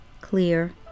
clear